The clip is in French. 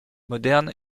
moderne